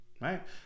right